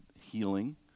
healing